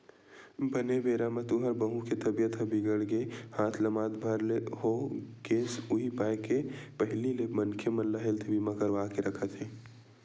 बने बेरा म तुँहर बहू के तबीयत ह बिगड़ गे हाथ लमात भर ले हो गेस उहीं पाय के पहिली ले मनखे मन हेल्थ बीमा करवा के रखत हे